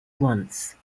once